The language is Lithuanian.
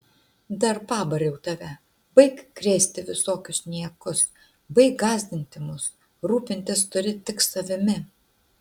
dar pabariau tave baik krėsti visokius niekus baik gąsdinti mus rūpintis turi tik savimi